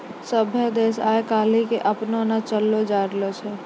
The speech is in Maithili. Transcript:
सभ्भे देश आइ काल्हि के अपनैने चललो जाय रहलो छै